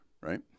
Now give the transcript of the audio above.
right